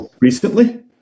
Recently